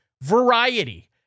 Variety